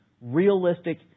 realistic